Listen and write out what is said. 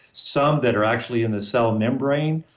some that are actually in the cell membrane,